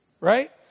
right